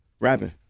Rapping